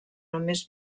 només